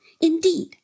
indeed